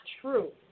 true